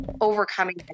overcoming